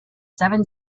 seven